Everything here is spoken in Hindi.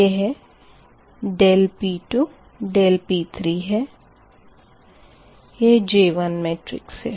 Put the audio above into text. यह ∆P2 ∆P3 है यह J1 मेट्रिक्स है